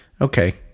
Okay